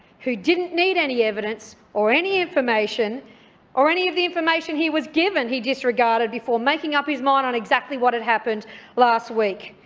who didn't need any evidence or any information or any of the information he was given he disregarded before making up his mind on exactly what had happened last week.